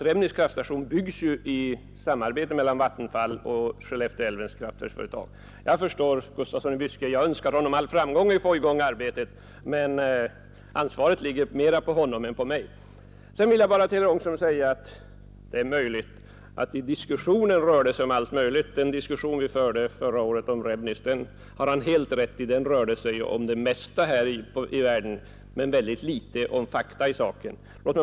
Rebnis kraftstation byggs ju i samarbete mellan Vattenfall och Skellefteälvens kraftverksföretag. Jag önskar herr Gustafsson all framgång med att starta arbetet, men ansvaret ligger mera på honom än på mig. Till herr Ångström vill jag bara säga att han har helt rätt i att den diskussion vi förde förra året om Rebnis rörde sig om allt möjligt. Den rörde sig om det mesta här i världen men väldigt litet om fakta i saken.